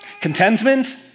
Contentment